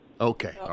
Okay